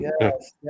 yes